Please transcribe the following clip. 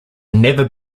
never